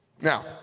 Now